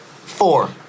Four